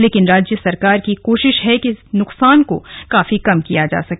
लेकिन राज्य सरकार की कोशिश है कि नुकसान को काफी कम किया जा सके